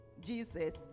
Jesus